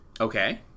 Okay